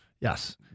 Yes